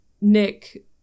Nick